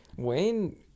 Wayne